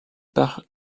par